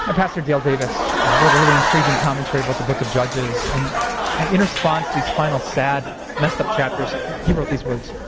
ah pastor dale davis wrote a really intriguing commentary about the book of judges and in response to these final, sad, messed up chapters, he wrote these words.